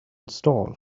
stall